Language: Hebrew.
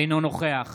אינו נוכח